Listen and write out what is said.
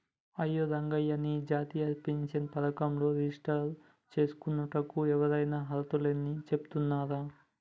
అయ్యో రంగయ్య నీ జాతీయ పెన్షన్ పథకంలో రిజిస్టర్ చేసుకోనుటకు ఎవరైనా అర్హులేనని చెబుతున్నారు